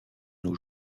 nos